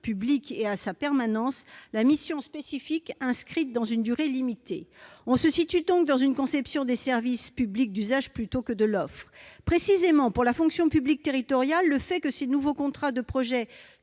publique et à sa permanence la mission spécifique inscrite dans une durée limitée. On se situe donc dans une conception des services publics d'usage plutôt que de l'offre. Précisément pour la fonction publique territoriale, le fait que ces nouveaux contrats de projet